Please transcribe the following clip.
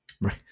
Right